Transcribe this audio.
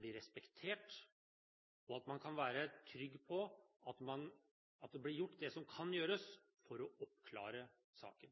blir respektert og kan være trygge på at det som kan gjøres for å oppklare saken,